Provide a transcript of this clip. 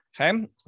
Okay